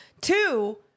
Two